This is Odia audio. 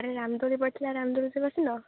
ଆରେ ରାମଦୋଳି ପଡ଼ିଥିଲା ରାମଦୋଳିରେ ବସିଲ